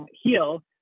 heal